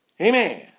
Amen